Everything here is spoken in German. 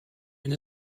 wenn